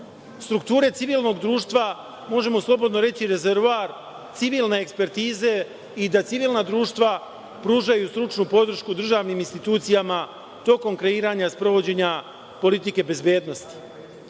strukture civilnog društva, možemo slobodno reći, rezervoar civilne ekspertize i da civilna društva pružaju stručnu podršku državnim institucijama tokom kreiranja sprovođenja politike bezbednosti.